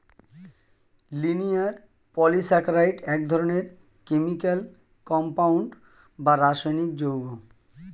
linear polysaccharide এক ধরনের chemical compound বা রাসায়নিক যৌগ